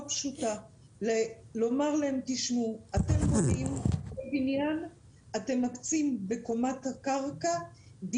ולומר להם: אתם מקצים בקומת הקרקע של